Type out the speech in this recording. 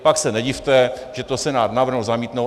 Pak se nedivte, že to Senát navrhl zamítnout.